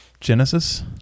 Genesis